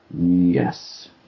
Yes